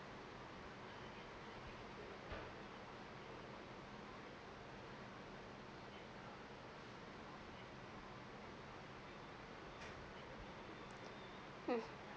mm